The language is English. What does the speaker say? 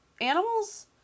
animals